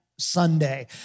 Sunday